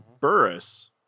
Burris